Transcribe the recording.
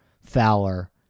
Fowler